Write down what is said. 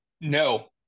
no